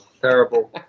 terrible